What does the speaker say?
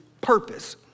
purpose